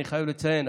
אני חייב לציין,